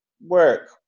work